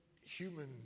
human